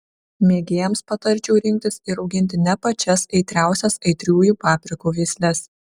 mėgėjams patarčiau rinktis ir auginti ne pačias aitriausias aitriųjų paprikų veisles